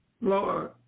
Lord